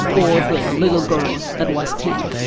or the little girl that was ten.